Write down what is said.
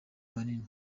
manini